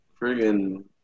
Friggin